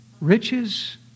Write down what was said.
Riches